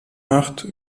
macht